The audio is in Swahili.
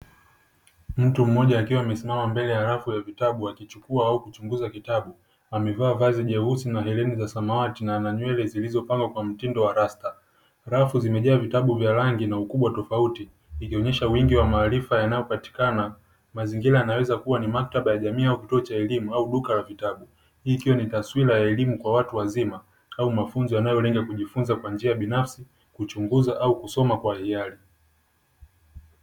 Mtu mmoja akiwa amesimama mbele ya rafu ya vitabu akichukuwa au kuchunguza kitabu amevaa vazi yeusi na hereni za samawati na nywele zilizopambambwa Kwa mtindo wa rasta, rafu zimejaa vitabu vya rangi na ukubwa tofauti ikionyesha wingi wa maarifa yanayopatikana mazingira yanaweza kuwa maktaba ya jamii au kituo cha elimu au duka la vitabu hii ikiwa ni taswira ya elimu kwa watu wazima au mafunzo yanayolenga kujifunza kwa njia binafsi, kuchunguza au kusoma kwa hiyari.